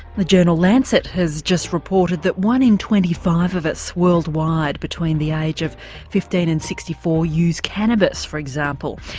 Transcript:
the journal lancet has just reported that one in twenty five of us worldwide between the age of fifteen and sixty four use cannabis, for example,